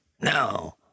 No